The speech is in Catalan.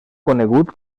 conegut